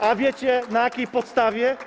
A wiecie, na jakiej podstawie?